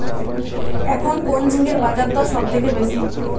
এখন কোন ঝিঙ্গের বাজারদর সবথেকে বেশি?